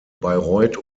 bayreuth